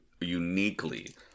uniquely